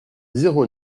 zéro